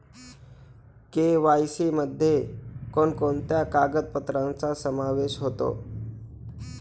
KYC मध्ये कोणकोणत्या कागदपत्रांचा समावेश होतो?